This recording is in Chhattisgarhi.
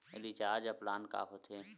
रिचार्ज प्लान का होथे?